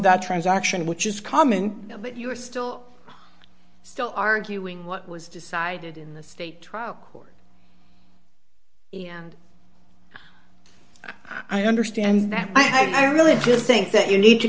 that transaction which is common but you are still still arguing what was decided in the state trial or i understand that i really do think that you need to